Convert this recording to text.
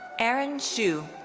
erin hsu.